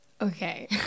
okay